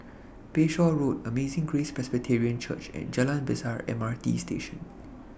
Bayshore Road Amazing Grace Presbyterian Church and Jalan Besar M R T Station